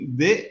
de